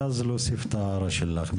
ואז להוסיף את ההערה שלך.